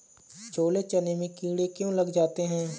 छोले चने में कीड़े क्यो लग जाते हैं?